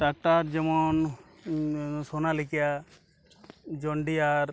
tractor যেমন যেন Sonalika John deer